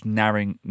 narrowing